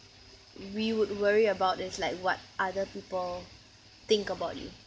we would worry about is like what other people think about you